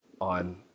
on